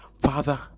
father